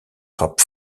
rap